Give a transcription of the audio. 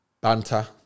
banter